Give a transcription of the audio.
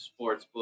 sportsbook